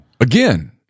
Again